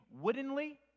woodenly